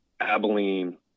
abilene